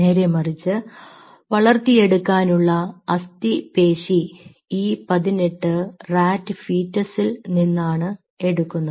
നേരെമറിച്ച് വളർത്തിയെടുക്കാനുള്ള അസ്ഥിപേശി E 18 റാറ്റ് ഫീറ്റ്സിൽ നിന്നാണ് എടുക്കുന്നത്